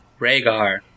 Rhaegar